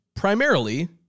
primarily